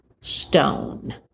stone